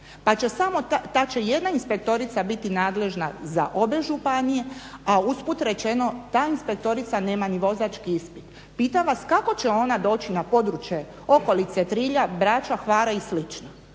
ta će jedna inspektorica biti nadležna za obe županije a usput rečeno ta inspektorica nema ni vozački ispit. Pitam vas kako će ona doći na područje okolice Trilja, Brača, Hvara i